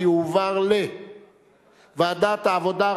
לוועדת העבודה,